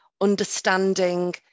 understanding